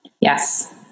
Yes